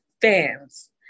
fans